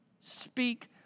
speak